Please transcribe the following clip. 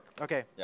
Okay